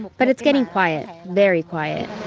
but it's getting quiet. very quiet!